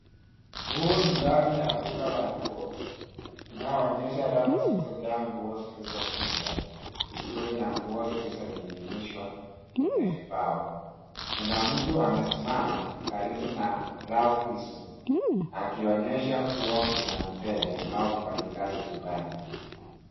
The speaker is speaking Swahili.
Huu ni ndani ya duka la nguo inayoonyesha rafu zilizojaa nguo zilizokunjwa vizuri na nguo zilizoning'inishwa kwenye vibao. Kuna mtu amesimama karibu na rafu hizo akionyesha kuwa kuna mteja au mfanyikazi dukani.